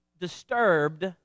disturbed